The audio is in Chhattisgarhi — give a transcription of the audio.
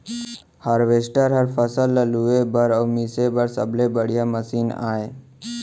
हारवेस्टर ह फसल ल लूए बर अउ मिसे बर सबले बड़िहा मसीन आय